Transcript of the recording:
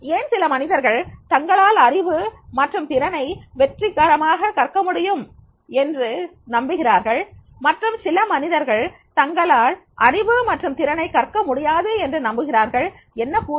ஏன் சில மனிதர்கள் தங்களால் அறிவு மற்றும் திறனை வெற்றிகரமாக கற்க முடியும் என்று நம்புகிறார்கள் மற்றும் சில மனிதர்கள் தங்களால் அறிவு மற்றும் திறனை கற்க முடியாது என்று நம்புகிறார்கள் என்ன கூறுகள்